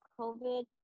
COVID